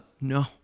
No